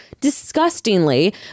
disgustingly